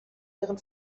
ihren